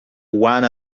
one